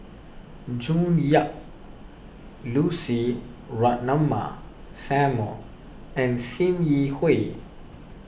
June Yap Lucy Ratnammah Samuel and Sim Yi Hui